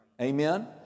Amen